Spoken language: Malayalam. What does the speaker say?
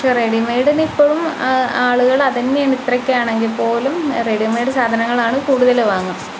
പക്ഷെ റെഡി മെയ്ഡിന് ഇപ്പോഴും ആളുകൾ അതു തന്നെയാണ് ഇത്രയൊക്കെയാണെങ്കിൽ പോലും റെഡി മേഡ് സാധനങ്ങളാണ് കൂടുതൽ വാങ്ങുക